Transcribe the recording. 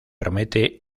promete